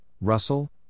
Russell